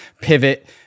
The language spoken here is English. pivot